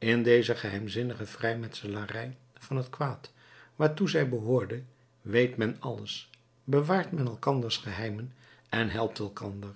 in deze geheimzinnige vrijmetselarij van het kwaad waartoe zij behoorde weet men alles bewaart men elkanders geheimen en helpt elkander